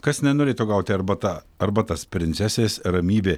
kas nenorėtų gauti arbata arbatas princesės ramybė